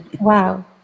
Wow